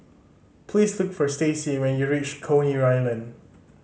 please look for Stacie when you reach Coney Island